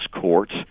courts